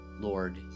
Lord